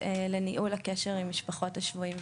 לניהול הקשר עם משפחות השבויים והנעדרים.